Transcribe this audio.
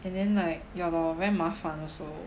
and then like yeah lor very mafan also